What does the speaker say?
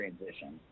transition